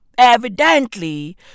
Evidently